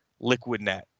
LiquidNet